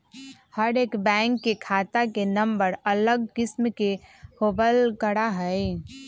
हर एक बैंक के खाता के नम्बर अलग किस्म के होबल करा हई